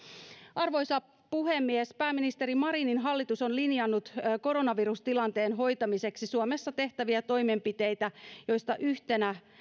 arvoisa puhemies pääministeri marinin hallitus on linjannut koronavirustilanteen hoitamiseksi suomessa tehtäviä toimenpiteitä joista yhtenä